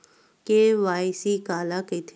KYC काला कइथे?